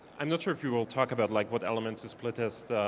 i'm not sure if you will talk about like what elements to split test